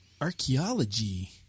archaeology